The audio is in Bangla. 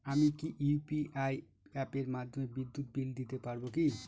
আমি কি ইউ.পি.আই অ্যাপের মাধ্যমে বিদ্যুৎ বিল দিতে পারবো কি?